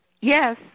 yes